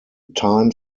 time